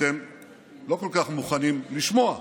אתם לא כל כך מוכנים לשמוע.